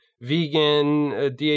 vegan